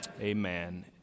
amen